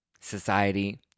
society